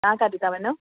तव्हां केॾांहुं था वञो